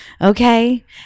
Okay